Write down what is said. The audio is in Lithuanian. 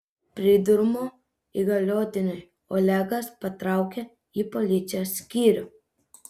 pridurmu įgaliotiniui olegas patraukė į policijos skyrių